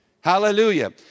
hallelujah